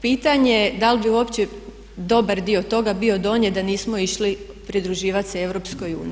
Pitanje da li bi uopće dobar dio toga bio donijet da nismo išli pridruživat se EU.